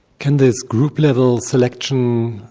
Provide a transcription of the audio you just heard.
can this group level selection,